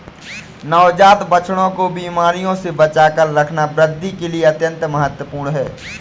नवजात बछड़ों को बीमारियों से बचाकर रखना वृद्धि के लिए अत्यंत महत्वपूर्ण है